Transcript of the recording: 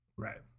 Right